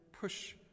push